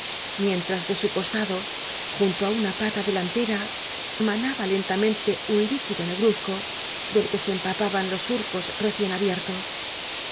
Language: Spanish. mientras de su costado junto á una pata delantera manaba lentamente un líquido negruzco del que se em papaban los surcos recién abiertos